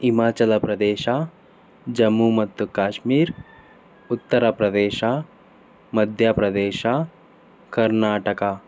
ಹಿಮಾಚಲ ಪ್ರದೇಶ ಜಮ್ಮು ಮತ್ತು ಕಾಶ್ಮೀರ್ ಉತ್ತರ ಪ್ರದೇಶ ಮಧ್ಯ ಪ್ರದೇಶ ಕರ್ನಾಟಕ